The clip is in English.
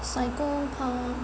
psychopath